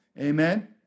Amen